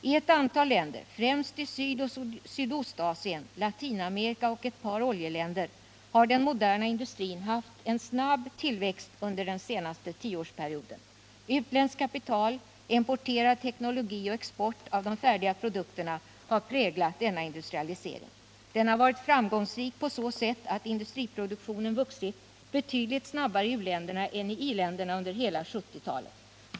I ett antal länder, främst i Sydoch Sydostasien, Latinamerika och ett par oljeländer, har den moderna industrin haft en snabb tillväxt under den senaste tioårsperioden. Utländskt kapital, importerad teknologi och export av de färdiga produkterna har präglat denna industrialisering. Den har varit framgångsrik på så sätt att industriproduktionen vuxit betydligt snabbare i u-länderna än i i-länderna under hela 1970-talet.